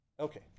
Okay